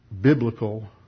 biblical